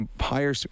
higher